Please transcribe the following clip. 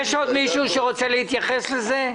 יש עוד מישהו שרוצה להתייחס לזה?